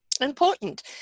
Important